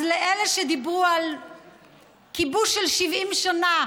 אז לאלה שדיברו על כיבוש של 70 שנה,